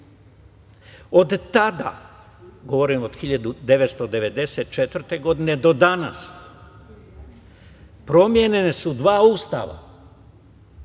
tada, govorim od 1994. godine, do danas promenjena su dva ustava